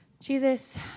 Jesus